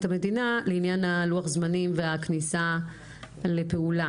המדינה לעניין לוח הזמנים והכניסה לפעולה.